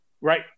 right